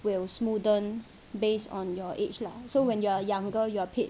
will smoothen based on your age lah so when you're younger you are paid